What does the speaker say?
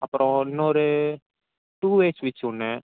அப்புறம் இன்னொரு two way ஸ்விட்ச் ஒன்று